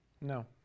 No